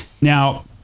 Now